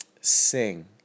sing